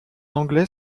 anglais